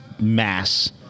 mass